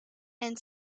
and